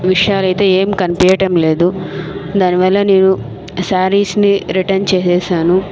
విషయాలు అయితే ఏం కనిపియడంలేదు దాని వల్ల నేను శారీస్ ని రిటర్న్ చేసేసాను